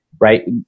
right